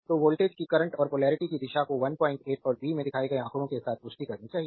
तो वोल्टेज की करंट और पोलेरिटी की दिशा को 18 और बी में दिखाए गए आंकड़ों के साथ पुष्टि करनी चाहिए